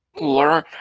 learn